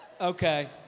Okay